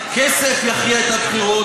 מה שיקבע זה מי שיביא יותר כספים,